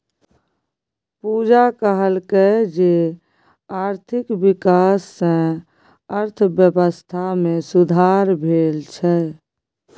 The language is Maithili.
पूजा कहलकै जे आर्थिक बिकास सँ अर्थबेबस्था मे सुधार भेल छै